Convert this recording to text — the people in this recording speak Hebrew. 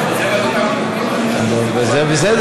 זה בסדר.